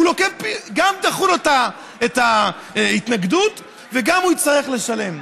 גם דחו לו את ההתנגדות והוא גם יצטרך לשלם.